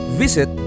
visit